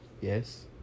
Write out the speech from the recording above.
yes